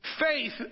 Faith